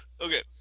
Okay